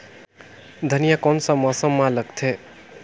धनिया कोन सा मौसम मां लगथे?